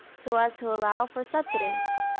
so as to allow for subsidence.